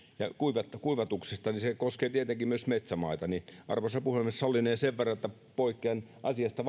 ja kuivatuksesta niin se koskee tietenkin myös metsämaita ja arvoisa puhemies sallinee sen verran että poikkean asiasta